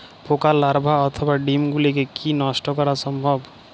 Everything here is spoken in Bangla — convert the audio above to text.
পোকার লার্ভা অথবা ডিম গুলিকে কী নষ্ট করা সম্ভব?